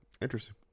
Interesting